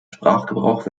sprachgebrauch